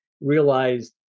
realized